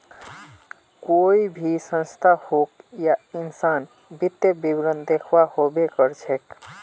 कोई भी संस्था होक या इंसान वित्तीय विवरण दखव्वा हबे कर छेक